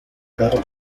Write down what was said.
caro